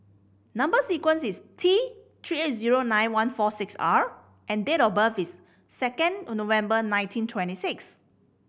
number sequence is T Three eight zero nine one four six R and date of birth is second of November nineteen twenty six